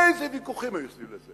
איזה ויכוחים היו סביב לזה